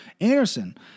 Anderson